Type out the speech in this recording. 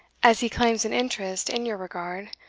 as he claims an interest in your regard,